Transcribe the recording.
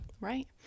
Right